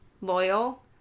loyal